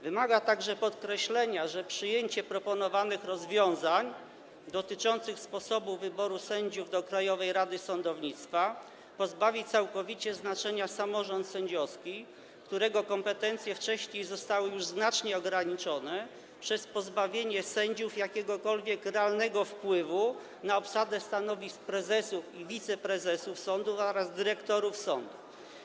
Wymaga także podkreślenia, że przyjęcie proponowanych rozwiązań dotyczących sposobu wyboru sędziów do Krajowej Rady Sądownictwa pozbawi całkowicie znaczenia samorząd sędziowski, którego kompetencje wcześniej zostały już znacznie ograniczone przez pozbawienie sędziów jakiegokolwiek realnego wpływu na obsadę stanowisk prezesów i wiceprezesów sądów oraz dyrektorów sądów.